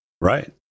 Right